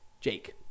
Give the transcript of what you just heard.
Jake